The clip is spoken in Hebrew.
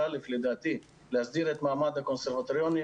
אז א' לדעתי, להסדיר את מעמד הקונסרבטוריונים